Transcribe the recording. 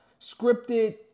scripted